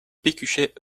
pécuchet